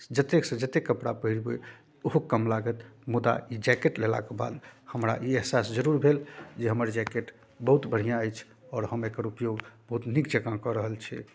जतेकसँ जतेक कपड़ा पहिरबै ओहो कम लागत मुदा ई जैकेट लेलाके बाद हमरा ई एहसास जरूर भेल जे हमर जैकेट बहुत बढ़िआँ अछि आओर हम एकर उपयोग बहुत नीक जँका कऽ रहल छियै